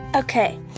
Okay